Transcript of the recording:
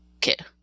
kid